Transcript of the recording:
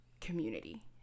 community